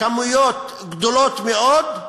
כמויות גדולות מאוד,